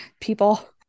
people